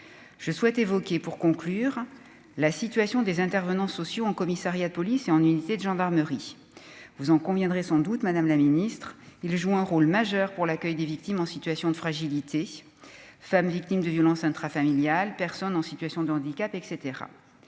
je souhaite évoquer pour conclure, la situation des intervenants sociaux en commissariat de police et en unités de gendarmerie, vous en conviendrez, sans doute, Madame la Ministre, il joue un rôle majeur pour l'accueil des victimes en situation de fragilité femmes victimes de violences intrafamiliales, personnes en situation de handicap et